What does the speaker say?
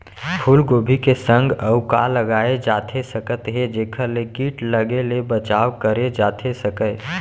फूलगोभी के संग अऊ का लगाए जाथे सकत हे जेखर ले किट लगे ले बचाव करे जाथे सकय?